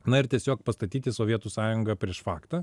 na ir tiesiog pastatyti sovietų sąjunga prieš faktą